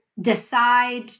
decide